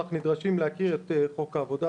אך נדרשים להכיר את חוק העבודה,